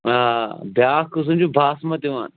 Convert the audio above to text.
آ بیٛاکھ قٕسٕم چھُ باسمَت یِوان